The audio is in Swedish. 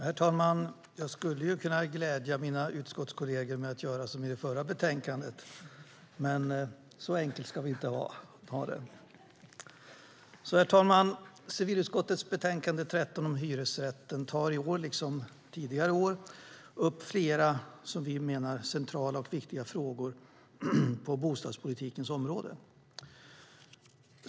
Herr talman! Jag skulle kunna glädja mina utskottskolleger med att göra som vid debatten om det förra betänkandet, men så enkelt ska vi inte ha det! Herr talman! Civilutskottets betänkande 13 om hyresrätten tar i år liksom tidigare år upp flera, som vi menar, centrala och viktiga frågor på bostadspolitikens område.